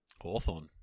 Hawthorne